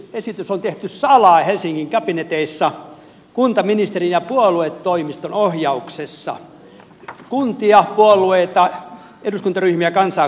kuntauudistusesitys on tehty salaa helsingin kabineteissa kuntaministerin ja puoluetoimiston ohjauksessa kuntia puolueita eduskuntaryhmiä kansaa kuulematta